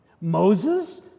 Moses